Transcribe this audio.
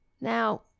Now